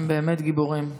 הם באמת גיבורים.